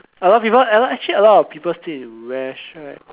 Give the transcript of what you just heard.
a lot people a lot actually a lot of people still in right